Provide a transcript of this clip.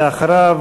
ואחריו,